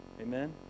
Amen